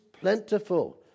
plentiful